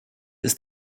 ist